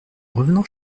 revenant